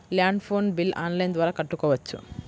Land phone bill online ద్వారా కట్టుకోవచ్చు?